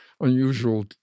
unusual